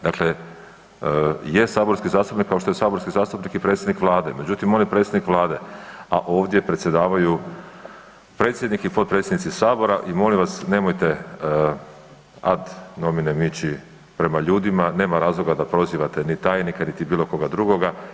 Dakle, je saborski zastupnik kao što je saborski zastupnik i predsjednik Vlade, međutim on je predsjednik Vlade, a ovdje predsjedavaju predsjednik i potpredsjednici Sabora i molim vas nemojte ad nominem ići prema ljudima, nema razloga da prozivate ni tajnika niti bilo koga drugoga.